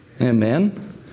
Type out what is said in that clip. Amen